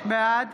בעד